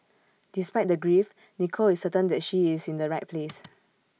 despite the grief Nicole is certain that she is in the right place